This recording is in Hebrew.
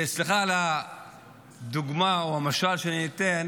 סליחה על הדוגמה או המשל שאני אתן